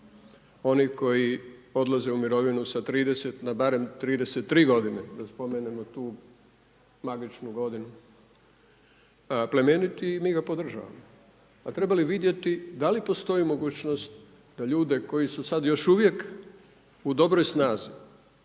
onih koji odlaze u mirovinu sa 30 na barem 33 godine, da spomenemo tu magičnu godinu, plemeniti i mi ga podržavamo. A treba vidjeti da li postoji mogućnost da ljude koji su sad još uvijek u dobroj snazi